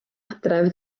adref